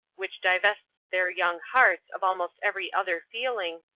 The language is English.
which divests their young hearts of almost every other feeling,